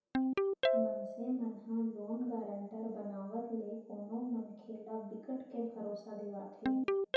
मनसे मन ह लोन गारंटर बनावत ले कोनो मनखे ल बिकट के भरोसा देवाथे